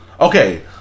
Okay